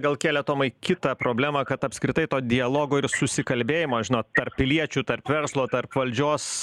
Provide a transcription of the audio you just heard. gal kėlė tomai kitą problemą kad apskritai to dialogo ir susikalbėjimo žinot tarp piliečių tarp verslo tarp valdžios